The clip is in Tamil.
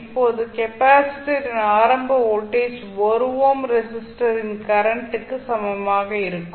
இப்போது கெப்பாசிட்டரின் ஆரம்ப வோல்டேஜ் 1 ஓம் ரெஸிஸ்டரின் கரண்ட் க்கு சமமாக இருக்கும்